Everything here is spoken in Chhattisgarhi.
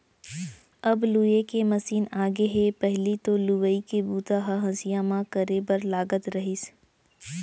अब लूए के मसीन आगे हे पहिली तो लुवई के बूता ल हँसिया म करे बर लागत रहिस